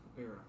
era